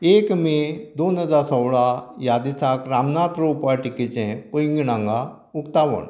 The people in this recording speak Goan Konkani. एक मे दोन हजार सोळा ह्या दिसाक रामनाथ रोप वाटिकेचे पैंगीण हांगा उक्तावण